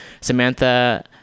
Samantha